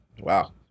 Wow